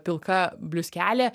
pilka bliuskelė